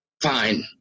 fine